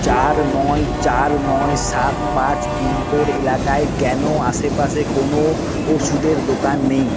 চার নয় চার নয় সাত পাঁচ পিনকোড এলাকায় কেন আশেপাশে কোনও ওষুধের দোকান নেই